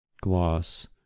Gloss